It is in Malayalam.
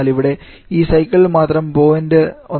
എന്നാൽ ഇവിടെ ഈ സൈക്കിളിൽ 0